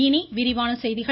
இனி விரிவான செய்திகள்